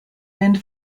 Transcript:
wind